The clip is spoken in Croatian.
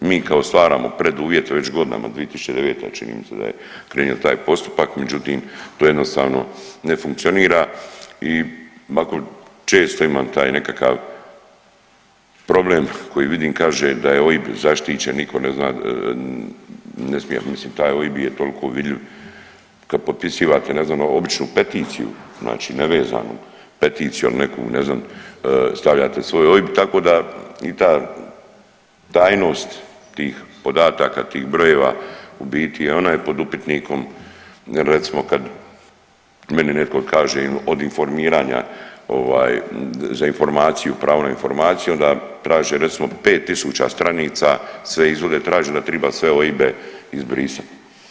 Mi kao stvaramo preduvjete već godinama 2009. čini mi se da je krenuo taj postupak, međutim to jednostavno ne funkcionira i onako često imam taj nekakav problem koji vidim kaže da je OIB zaštićen, niko ne zna, ne smije, mislim taj OIB je tolko vidljiv, kad potpisivate ne znam običnu peticiju znači nevezanu peticiju al neku ne znam stavljate svoj OIB, tako da i ta tajnost tih podataka, tih brojeva u biti je onaj pod upitnikom, recimo kad meni netko kaže od informiranja ovaj za informaciju, pravo na informaciju onda traže recimo 5 tisuća stranica, sve izvode traže, onda triba sve OIB-e izbrisat.